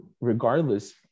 regardless